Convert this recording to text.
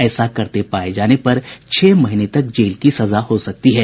ऐसा करते पाये जाने पर छह महीने तक जेल की सजा हो सकती है